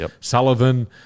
Sullivan